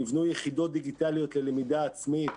ניבנו יחידות דיגיטליות ללמידה עצמית.